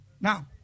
Now